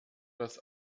das